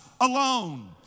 alone